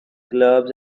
clubs